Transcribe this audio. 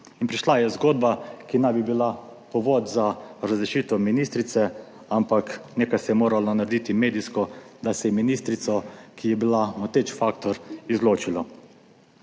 prišla je zgodba, ki naj bi bila povod za razrešitev ministrice, ampak nekaj se je moralo narediti medijsko, da se je ministrico, ki je bila moteč faktor izločilo.